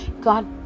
God